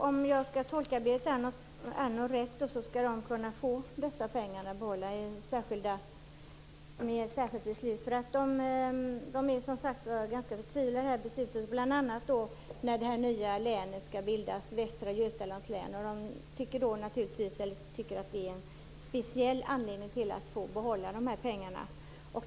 Fru talman! Om jag tolkar Berit Andnor rätt skall de få behålla dessa pengar genom ett särskilt beslut. De är som sagt ganska förtvivlade. När det nya länet, Västra Götalands län, skall bildas tycker de naturligtvis att det är en speciell anledning att behålla de här pengarna.